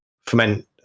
ferment